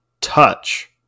touch